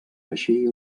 així